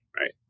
right